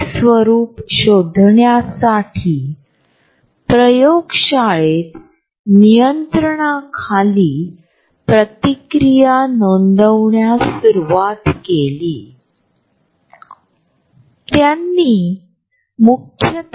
आपल्या दररोजच्या व्यवहारात आणि घराच्या इमारतींमध्ये आणि शेवटी शहराच्या रचनेत आपल्या जागेचे आयोजन करण्याच्या बाबतीत एकमेकांशी असलेले अंतर आढळते